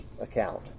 account